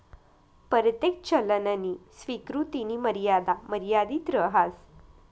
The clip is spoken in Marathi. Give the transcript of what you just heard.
परतेक चलननी स्वीकृतीनी मर्यादा मर्यादित रहास